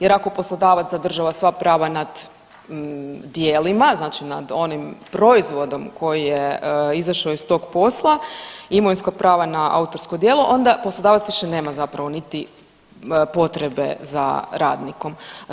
Jer ako poslodavac zadržava sva prava nad djelima, znači nad onim proizvodom koji je izašao iz tog posla, imovinska prava na autorsko djelo onda poslodavac više nema zapravo niti potrebe za radnikom.